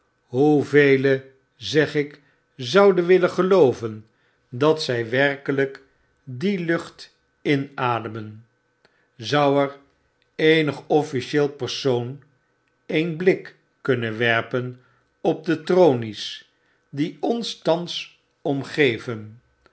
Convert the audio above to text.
hoe velen zegik zouden willen gelooven dat zy werkelyk die lucht inademen zou er eenig officieel persoon een blik kunnen werpen op de tronies die ons thans omgeven